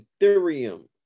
Ethereum